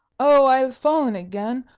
oh, i have fallen again!